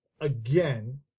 again